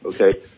okay